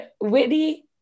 whitney